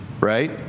Right